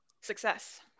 success